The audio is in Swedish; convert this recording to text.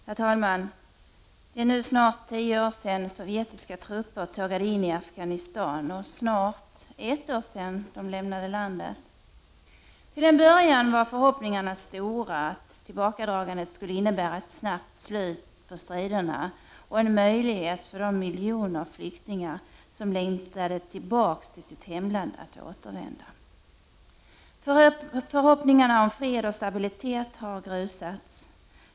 Herr talman! Det är nu snart tio år sedan sovjetiska trupper tågade in i Afghanistan och snart ett år sedan de lämnade landet. Till en början var förhoppningarna stora om att tillbakadragandet skulle innebära ett snabbt slut på striderna och en möjlighet för de miljoner flyktingar, som längtade tillbaka till sitt hemland, att återvända. Förhoppningarna om fred och stabilitet har grusats.